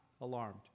alarmed